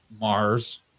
Mars